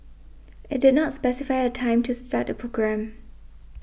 it did not specify a time to start the programme